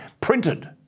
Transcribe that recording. printed